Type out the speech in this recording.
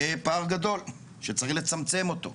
זה פער גדול, שצריך לצמצם אותו.